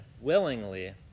willingly